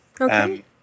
Okay